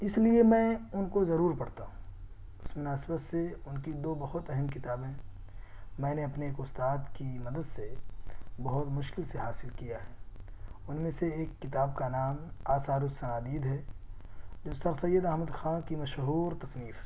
اس لیے میں ان کو ضرور پڑھتا ہوں اس مناسبت سے ان کی دو بہت اہم کتابیں میں نے اپنے ایک استاد کی مدد سے بہت مشکل سے حاصل کیا ہے ان میں سے ایک کتاب کا نام آثار الصنادید ہے جو سر سید احمد خاں کی مشہور تصنیف